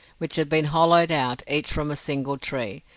which had been hollowed out, each from a single tree,